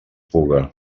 puga